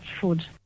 food